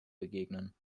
begegnen